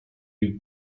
ich